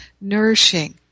nourishing